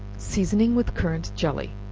seasoning with currant jelly,